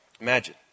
Imagine